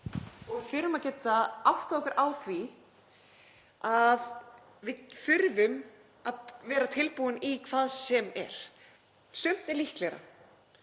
Við þurfum að geta áttað okkur á því að við þurfum að vera tilbúin í hvað sem er. Sumt er líklegra